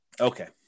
Okay